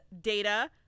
Data